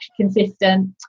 consistent